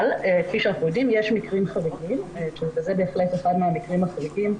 אבל כפי שאנחנו יודעים יש מקרים חריגים וזה בהחלט אחד מהמקרים החריגים.